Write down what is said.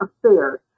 Affairs